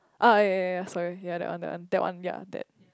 oh yea yea yea sorry that one that one that yea